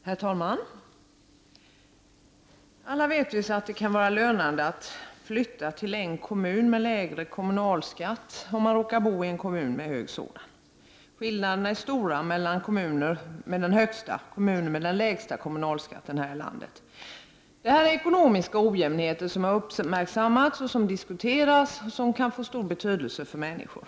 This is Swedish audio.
Herr talman! Alla vet vi att det kan vara lönande att flytta till en kommun med lägre kommunalskatt, om man råkar bo i en kommun med hög sådan. Skillnaderna är stora mellan kommuner med den högsta och kommuner med den lägsta kommunalskatten här i landet. Detta är ekonomiska ojämnheter som har uppmärksammats, som diskuteras och som kan få stor betydelse för människor.